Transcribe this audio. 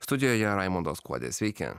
studijoje raimundas kuodis sveiki